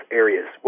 areas